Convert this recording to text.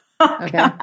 okay